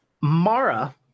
Mara